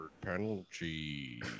penalty